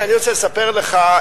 אני רוצה לספר לך,